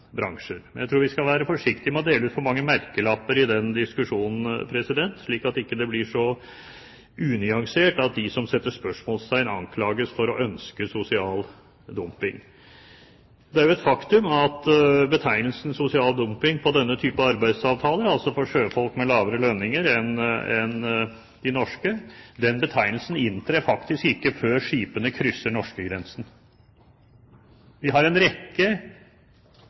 bransjer. Men jeg tror vi skal være forsiktige med å dele ut for mange merkelapper i den diskusjonen, slik at den ikke blir så unyansert at de som setter spørsmålstegn, anklages for å ønske sosial dumping. Det er jo et faktum at betegnelsen sosial dumping på denne type arbeidsavtaler – altså for sjøfolk med lavere lønninger enn de norske – ikke inntrer før skipene krysser norskegrensen. Vi har en rekke